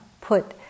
put